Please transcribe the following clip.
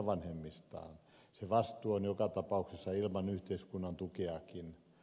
se vastuu on joka tapauksessa ilman yhteiskunnan tukeakin